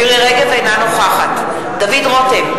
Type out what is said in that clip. אינה נוכחת דוד רותם,